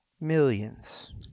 millions